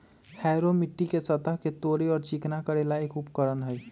harrow मिट्टी के सतह के तोड़े और चिकना करे ला एक उपकरण हई